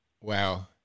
Wow